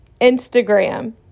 Instagram